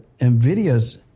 NVIDIA's